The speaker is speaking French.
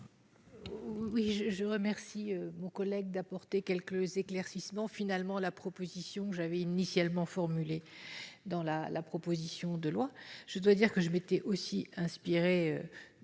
Oui je je remercie mon collègue d'apporter quelques éclaircissements finalement la proposition que j'avais initialement formulée dans la la proposition de loi, je dois dire que je m'étais aussi inspiré